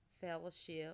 fellowship